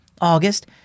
August